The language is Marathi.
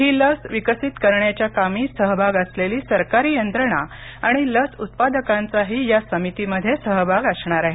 ही लस विकसित करण्याच्या कामी सहभाग असलेली सरकारी यंत्रणा आणि लस उत्पादकांचाही या समितीमध्ये सहभाग असणार आहे